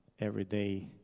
everyday